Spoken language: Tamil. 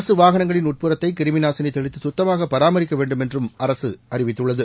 அரசு வாகனங்களின் உட்புறத்தை கிருமி நாசினி தெளித்து சுத்தமாக பராமரிக்க வேண்டும் என்றும் அரசு அறிவித்துள்ளது